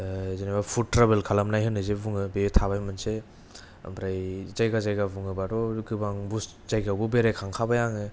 जेन'बा फुद ट्राबेल खालामनाय होनना जे बुङो बे थाबाय मोनसे ओमफ्राय जायगा जायगा बुङोब्लाथ' गोबां जायगायावबो बेरायखांखाबाय आङो